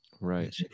Right